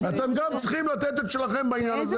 אתם גם צריכים לתת את שלכם בעניין הזה ולעשות מה שצריך.